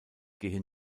gehe